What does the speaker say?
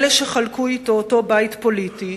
אלה שחלקו אתו אותו בית פוליטי,